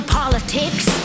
politics